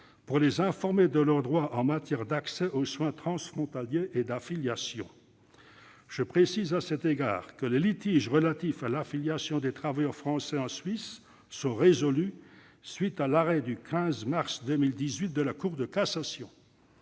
pour les informer de leurs droits en matière d'accès aux soins transfrontaliers et d'affiliation. Je précise à cet égard que les litiges relatifs à l'affiliation des travailleurs français en Suisse sont résolus à la suite de l'arrêt du 15 mars 2018 de la Cour de cassation.